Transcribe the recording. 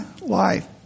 life